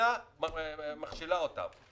המדינה מכשילה אותו.